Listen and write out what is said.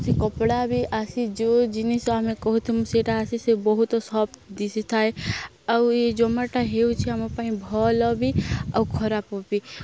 ସେ କପଡ଼ା ବି ଆସି ଯେଉଁ ଜିନିଷ ଆମେ କହୁଥିମୁ ସେଇଟା ଆସି ସେ ବହୁତ ସଫ୍ ଦିଶିଥାଏ ଆଉ ଏଇ ଜୋମାଟୋ ହେଉଛି ଆମ ପାଇଁ ଭଲ ଆଉ ବି ଆଉ ଖରାପ ବି